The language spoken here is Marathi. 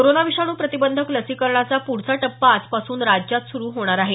कोरोना विषाणू प्रतिबंधक लसीकरणाचा पुढचा टप्पा आजपासून राज्यात सुरू होणार आहे